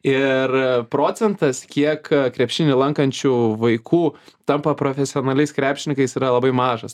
ir procentas kiek krepšinį lankančių vaikų tampa profesionaliais krepšininkais yra labai mažas